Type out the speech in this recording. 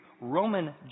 Roman